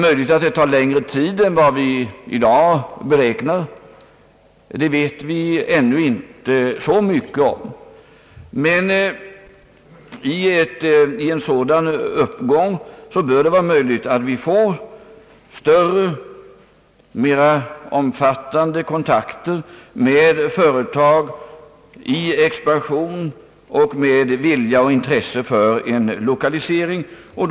Möjligen tar detta längre tid än man i dag beräknar — det vet vi ännu inte så mycket om — men i händelse av en sådan uppgång bör det bli större möjligheter att få kontakt med företag i expansion och med vilja och intresse att lokalisera ny verksamhet.